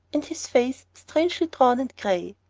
and his face strangely drawn and gray.